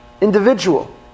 individual